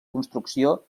construcció